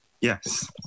Yes